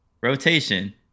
rotation